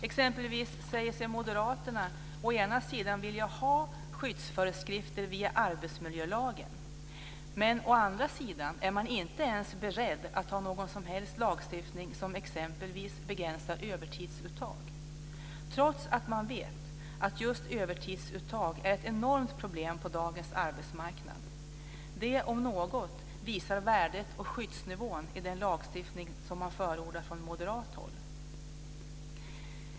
Exempelvis säger sig moderaterna å ena sidan vilja ha skyddsföreskrifter via arbetsmiljölagen, men å andra sidan är man inte ens beredd att ha någon som helst lagstiftning som t.ex. begränsar övertidsuttag, trots att man vet att just övertidsuttag är ett enormt problem på dagens arbetsmarknad. Detta om något avslöjar värdet och skyddsnivån i den lagstiftning som man förordar från moderat håll.